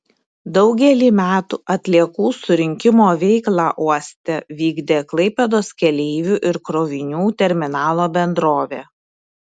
daugelį metų atliekų surinkimo veiklą uoste vykdė klaipėdos keleivių ir krovinių terminalo bendrovė